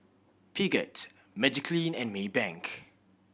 Peugeot Magiclean and Maybank